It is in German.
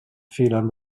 fehlern